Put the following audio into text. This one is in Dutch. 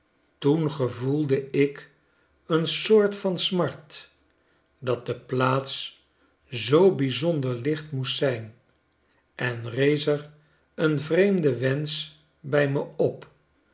toen gevoelde ik een soort van smart dat de plaats zoobijzonder licht moest zijn en rees er een vreemde wensch bij me op